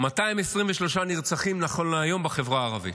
223 נרצחים נכון להיום בחברה הערבית.